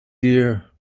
dear